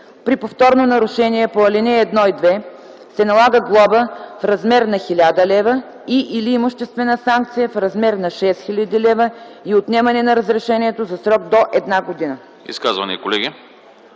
При повторно нарушение по ал. 1 и 2 се налага глоба в размер на 1000 лв. и/или имуществена санкция в размер на 6000 лв. и отнемане на разрешението за срок до 1 година.”